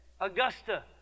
Augusta